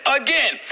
Again